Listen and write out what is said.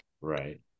right